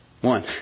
one